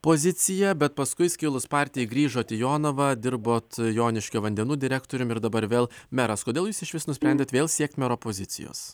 poziciją bet paskui skilus partijai grįžote į jonavą dirbot joniškio vandenų direktoriumi ir dabar vėl meras kodėl jūs išvis nusprendėt vėl siekt mero pozicijos